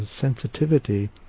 sensitivity